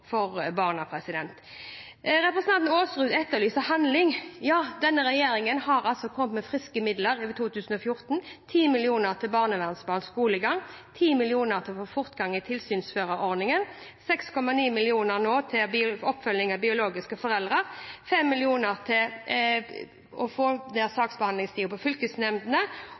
barna. Representanten Aasrud etterlyste handling. Ja, denne regjeringen har altså kommet med friske midler i 2014 – 10 mill. kr til barnevernsbarns skolegang, 10 mill. kr for å få fortgang i tilsynsførerordningen, 6,9 mill. kr nå til oppfølging av biologiske foreldre, 3 mill. kr til å få ned saksbehandlingstiden for fylkesnemndene.